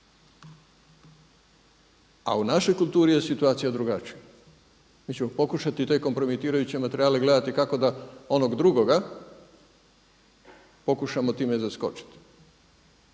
A u našoj kulturi je situacija drugačija. Mi ćemo pokušati te kompromitirajuće materijale gledati kako da onog drugoga pokušamo time zaskočiti,